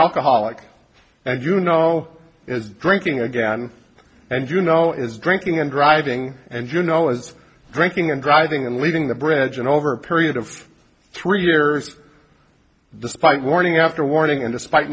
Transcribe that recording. alcoholic and you know is drinking again and you know is drinking and driving and you know it's drinking and driving and leaving the bridge and over a period of three years despite warning after warning and despite